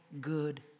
good